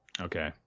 okay